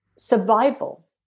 Survival